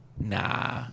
nah